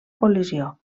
col·lisió